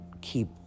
keep